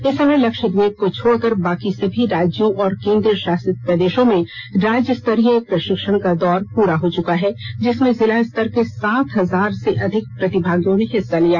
इस समय लक्षद्वीप को छोडकर बाकी सभी राज्यों और केन्द्र शासित प्रदेशों में राज्य स्तरीय प्रशिक्षण का दौर पूरा हो चुका है जिसमें जिलास्तर के सात हजार से अधिक प्रतिभागियों ने हिस्सा लिया